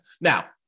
Now